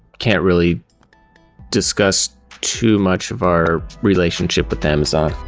can't really discuss too much of our relationship with amazon.